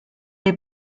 les